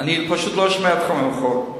אני פשוט לא שומע אותך מרחוק.